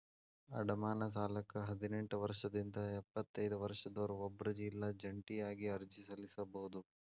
ಅಡಮಾನ ಸಾಲಕ್ಕ ಹದಿನೆಂಟ್ ವರ್ಷದಿಂದ ಎಪ್ಪತೈದ ವರ್ಷದೊರ ಒಬ್ರ ಇಲ್ಲಾ ಜಂಟಿಯಾಗಿ ಅರ್ಜಿ ಸಲ್ಲಸಬೋದು